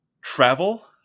travel